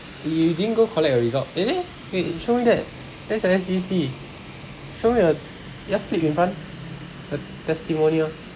you didn't go collect your results eh there wait show me that that's an S_G_C show me your just flip in front the testimonial